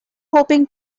hoping